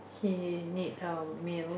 okay made a meal